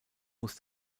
muss